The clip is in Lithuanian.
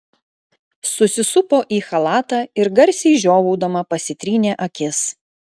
susisupo į chalatą ir garsiai žiovaudama pasitrynė akis